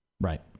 Right